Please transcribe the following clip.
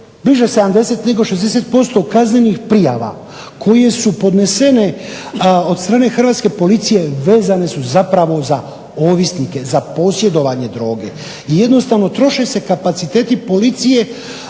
bliže 70 nego 60% kaznenih prijava koje su podnesene od strane hrvatske policije vezane su za ovisnike, za posjedovanje droge. I jednostavno troše se kapaciteti policije,